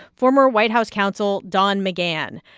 former white house counsel don mcgahn.